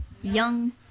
young